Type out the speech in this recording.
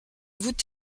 voûte